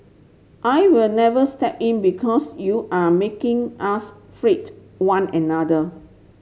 I will never step in because you are making us freight one another